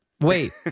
Wait